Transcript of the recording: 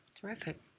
Terrific